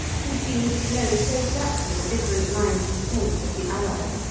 he seems to know so exactly the different lines of defence of the allies,